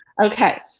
Okay